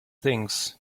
things